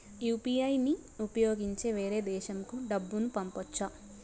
UPI ని ఉపయోగించి వేరే దేశంకు డబ్బును పంపొచ్చా?